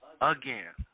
Again